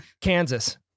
Kansas